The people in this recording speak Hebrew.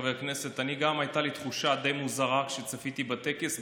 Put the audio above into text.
גם לי הייתה תחושה די מוזרה כשצפיתי בטקס.